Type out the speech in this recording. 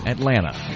Atlanta